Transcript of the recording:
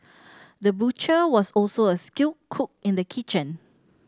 the butcher was also a skilled cook in the kitchen